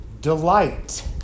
delight